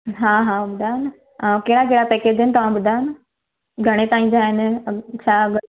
हा हा ॿुधायो न अ कहिड़ा कहिड़ा पैकेज आहिनि तव्हां ॿुधायो न घणे ताईं जा आहिनि छा